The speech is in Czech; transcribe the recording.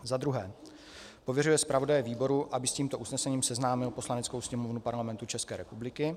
II. pověřuje zpravodaje výboru, aby s tímto usnesením seznámil Poslaneckou sněmovnu Parlamentu České republiky;